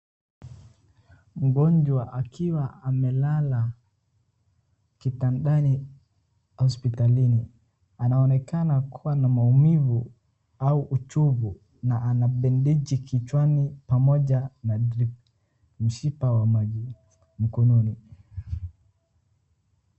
Mgonjwa akiwa amelala kitandani hospitalini, anaonekana kuwa na maumivu au uchovu na ana bendeji kichwani pamoja na mshipa mkononi.